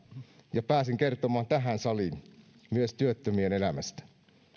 ja pääsin kertomaan tähän saliin myös työttömien elämästä